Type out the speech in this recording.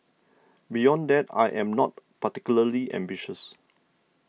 beyond that I am not particularly ambitious